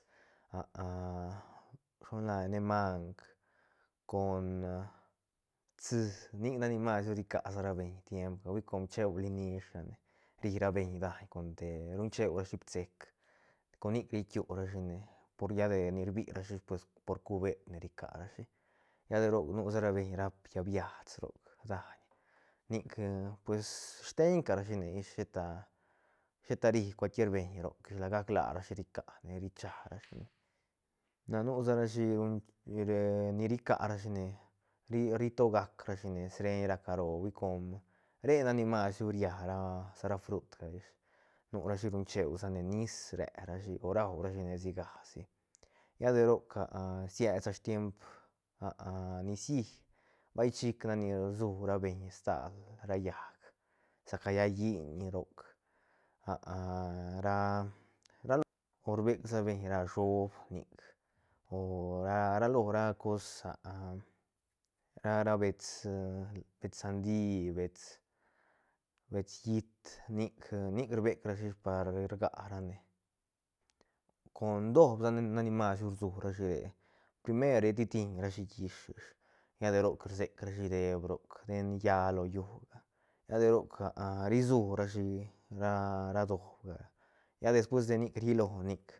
shilo la nene mang con pits nic nac mi masru rica sarabeñ tiempga hui com cheuli nish rane ri ra beñ daiñ con te ruñcheurashi pseck con nic ri kiurashine por lla de rbirashi pues por cubetne ri carashi lla de roc nu sa ra beiñ rap biats roc daiñ nic pues steñ ca ra shine ish sheta sheta ri cualquier beñ lac larashi ricane richarashine na nu sa ra shi ni ricarashine ri- ritogac rashine sreiñ ra caro hui com re nac ni masru riá ra sa ra frutga ish nurashi ruñ cheune nis rerashi o raurashi sigasi lla de roc siet sa stiemp nicií vay chic nac ni rsurabeñ stal ra llaäc sa ca llaä lliñ roc ra lo o rbecsabeñ ra shöb nic o ra ra lo ra cos ra ra bets bets sandi bets bets llít nic nic rbecrashi ish par rga ra ne con doob na- nac ni masru rsurashire primer ritiñrashi llish ish lla de roc rsec rashi deep roc den lla lo llúga lla de roc ri sú rashi ra doobga lla despues de nic rllilo nic.